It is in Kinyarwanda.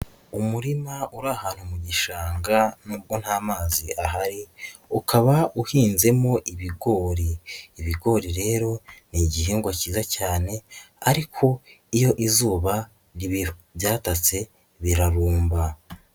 Umurima uri ahantu mu gishanga nubwo nta mazi ahari, ukaba uhinzemo ibigori, ibigori rero ni igihingwa cyiza cyane ariko iyo izuba ribyatatse birarumba.